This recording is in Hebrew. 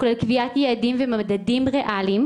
כולל קביעת יעדים ומדדים ריאליים,